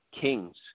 kings